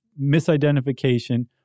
misidentification